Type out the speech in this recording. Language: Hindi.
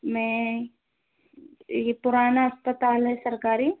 मैं ये पुराना अस्पताल है सरकारी